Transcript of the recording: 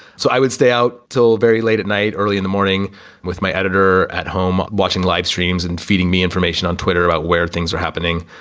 so i would stay out until very late at night, early in the morning with my editor at home watching live streams and feeding me information on twitter about where things are happening.